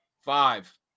Five